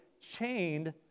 chained